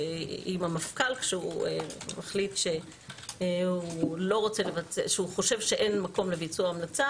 עם המפכ"ל כשהוא מחליט שאין מקום לביצוע ההמלצה,